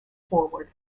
forward